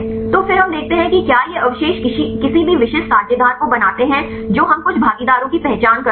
तो फिर हम देखते हैं कि क्या ये अवशेष किसी भी विशिष्ट साझेदार को बनाते हैं जो हम कुछ भागीदारों की पहचान करते हैं